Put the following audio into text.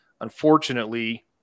Unfortunately